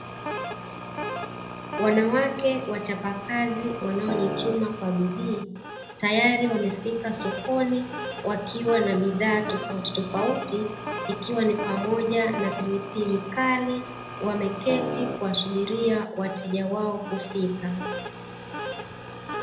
Wanawake wachapakazi wanaojituma kwa bidii, tayari wamefika sokoni wakiwa na bidhaa tofautitofauti, ikiwa ni pamoja na pilipili kali; wameketi kuwasubiria wateja wao kufika.